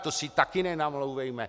To si taky nenamlouvejme!